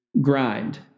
grind